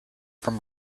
from